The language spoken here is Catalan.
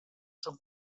són